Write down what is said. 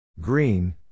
Green